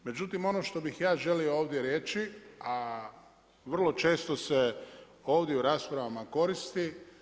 Međutim, ono što bih ja želio ovdje reći, a vrlo često se ovdje u raspravama koristi.